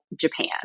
Japan